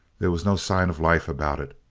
there was no sign of life about it.